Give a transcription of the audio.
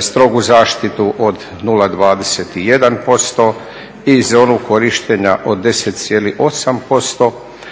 strogu zaštitu od 0,21% i zonu korištenja od 10,8%